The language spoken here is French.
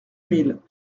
mille